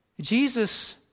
Jesus